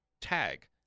tag